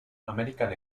american